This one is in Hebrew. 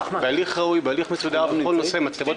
בהליך ראוי ומסודר לכל נושא הצבת מצלמות